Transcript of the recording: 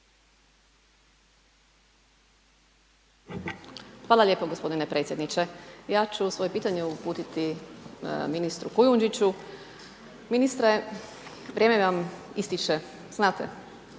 Hvala lijepo gospodine predsjedniče. Ja ću svoje pitanje uputiti ministru Kujundžiću. Ministre, vrijeme vam ističe, znate?